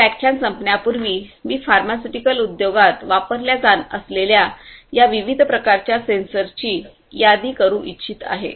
मी व्याख्यान संपण्यापूर्वी मी फार्मास्युटिकल उद्योगात वापरणार असलेल्या या विविध प्रकारच्या सेन्सर्सची यादी करू इच्छित आहे